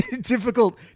Difficult